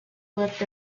worked